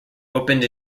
opened